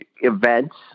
events